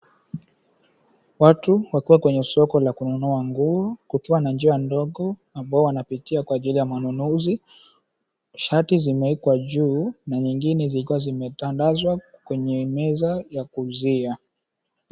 Watu wakiwa kwenye soko la kununua nguo, kukiwa na njia ndogo ambayo wanapitia kwa ajili ya manunuzi. Shati zimewekwa juu na nyingine zikiwa zimetandazwa kwenye meza ya kuuzia.